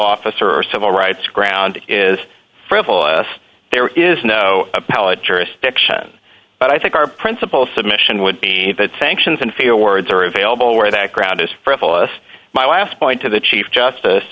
officer or civil rights ground is frivolous there is no appellate jurisdiction but i think our principal submission would be that sanctions and feel words are available where that crowd is frivolous my last point to the chief justice